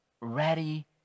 ready